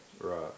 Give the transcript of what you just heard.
Right